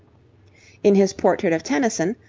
in his portrait of tennyson,